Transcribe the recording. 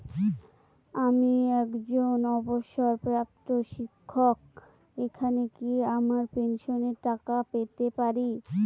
আমি একজন অবসরপ্রাপ্ত শিক্ষক এখানে কি আমার পেনশনের টাকা পেতে পারি?